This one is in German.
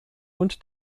und